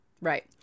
right